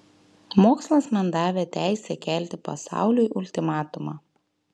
mokslas man davė teisę kelti pasauliui ultimatumą